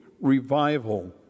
revival